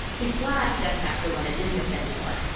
he is glad he doesn't have to run a business anymore.